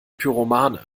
pyromane